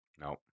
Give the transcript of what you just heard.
No